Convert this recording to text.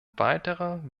weiterer